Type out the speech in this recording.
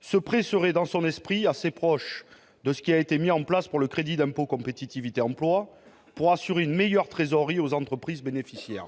Ce prêt serait, dans son esprit, assez proche de ce qui a été mis en place dans le cadre du crédit d'impôt pour la compétitivité et l'emploi, le CICE, afin de garantir une meilleure trésorerie aux entreprises bénéficiaires.